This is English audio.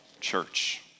Church